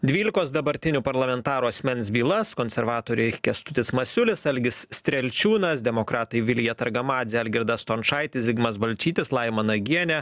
dvylikos dabartinių parlamentarų asmens bylas konservatoriai kęstutis masiulis algis strelčiūnas demokratai vilija targamadzė algirdas stončaitis zigmas balčytis laima nagienė